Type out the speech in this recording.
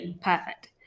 Perfect